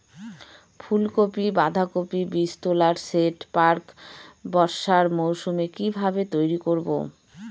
ফুলকপি বাধাকপির বীজতলার সেট প্রাক বর্ষার মৌসুমে কিভাবে তৈরি করব?